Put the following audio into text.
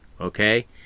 Okay